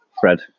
Fred